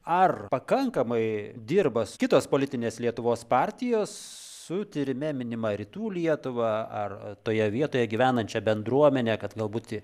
ar pakankamai dirba kitos politinės lietuvos partijos su tyrime minima rytų lietuva ar toje vietoje gyvenančia bendruomene kad galbūt